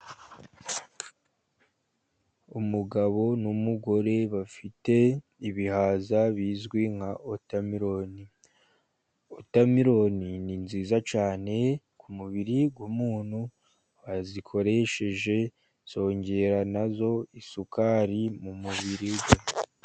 Umugabo n'umugore bafite ibihaza bizwi nka wotamerone. Wotameloni ni nziza cyane ku mubiri w'umuntu wazikoresheje. Zongera na zo isukari mu mubiri we.